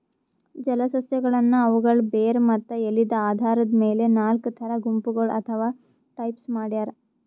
ಜಲಸಸ್ಯಗಳನ್ನ್ ಅವುಗಳ್ ಬೇರ್ ಮತ್ತ್ ಎಲಿದ್ ಆಧಾರದ್ ಮೆಲ್ ನಾಲ್ಕ್ ಥರಾ ಗುಂಪಗೋಳ್ ಅಥವಾ ಟೈಪ್ಸ್ ಮಾಡ್ಯಾರ